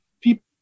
people